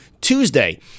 Tuesday